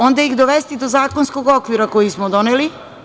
Onda ih dovesti do zakonskog okvira koji smo doneli…